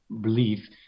believe